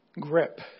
grip